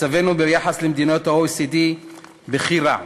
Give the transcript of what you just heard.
מצבנו ביחס למדינות ה-OECD בכי רע.